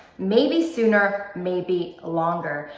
maybe sooner, maybe longer.